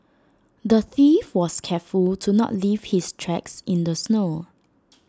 the thief was careful to not leave his tracks in the snow